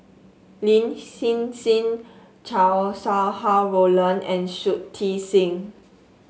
Lin Hsin Hsin Chow Sau Hai Roland and Shui Tit Sing